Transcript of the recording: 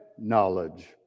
knowledge